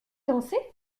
danser